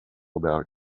about